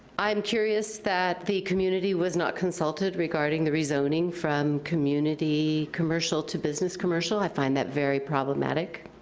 i'm curious that the community was not consulted regarding the rezoning from community commercial to business commercial i find that very problematic.